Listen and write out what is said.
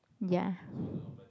ya